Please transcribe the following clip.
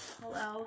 hello